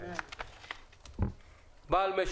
בין אם זה מבחינה כלכלית ובין אם זה מבחינת רווחת בעלי חיים.